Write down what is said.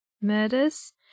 murders